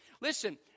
Listen